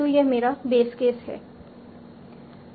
तो यह मेरा बेस केस है